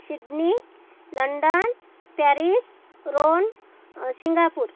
Sydney London Paris Rome Singapore